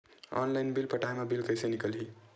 Online bill पटाय मा bill कइसे निकलही?